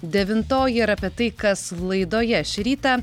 devintoji ir apie tai kas laidoje šį rytą